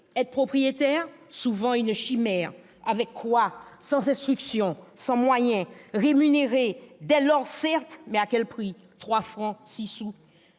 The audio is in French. Être propriétaire ? Souvent une chimère. Avec quoi ? Sans instruction, sans moyens, rémunéré dès lors certes, mais à quel prix : trois francs six sous